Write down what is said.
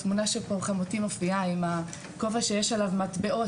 בתמונה פה חמותי מופיעה עם הכובע שיש עליו מטבעות,